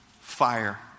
fire